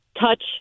touch